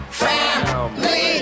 family